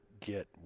get